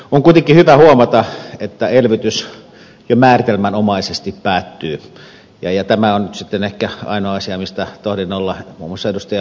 on kuitenkin hyvä huomata että elvytys jo määritelmänomaisesti päättyy ja tämä on sitten ehkä ainoa asia mistä tohdin olla muun muassa ed